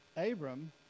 Abram